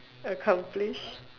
accomplish